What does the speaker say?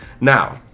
Now